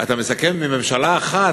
אתה מסכם עם ממשלה אחת,